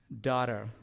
daughter